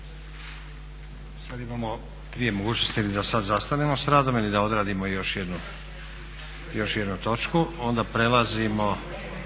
Sad imamo dvije mogućnosti, ili da sad zastanemo s radom ili da odredimo još jednu točku. **Leko,